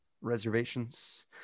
reservations